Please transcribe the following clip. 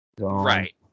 Right